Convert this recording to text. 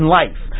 life